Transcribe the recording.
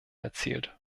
erzielt